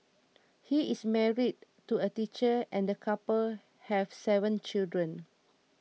he is married to a teacher and the couple have seven children